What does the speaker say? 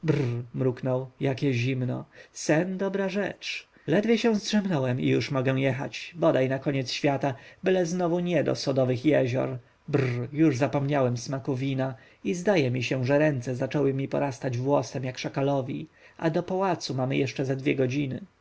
mruknął jakie zimno sen dobra rzecz ledwie się zdrzemnąłem i już mogę jechać bodaj na koniec świata byle znowu nie do sodowych jezior brr już zapomniałem smaku wina i zdaje mi się że ręce zaczęły mi porastać włosem jak szakalowi a do pałacu mamy jeszcze ze dwie godziny